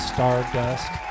Stardust